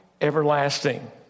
everlasting